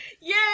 Yay